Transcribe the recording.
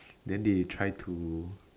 then they try to